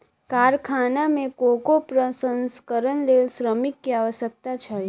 कारखाना में कोको प्रसंस्करणक लेल श्रमिक के आवश्यकता छल